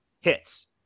Hits